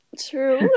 True